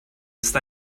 ist